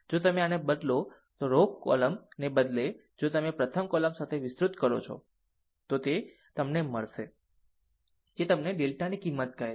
જો તમે આને બદલે રો ઓને બદલે જો તમે આ પ્રથમ કોલમ સાથે વિસ્તૃત કરો છો તો તે પણ તે તમને મળશે જે તમને ડેલ્ટાની કિંમત કહે છે